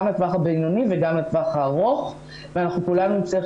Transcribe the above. גם לטווח הבינוני וגם לטווח הארוך ואנחנו כולנו נצטרך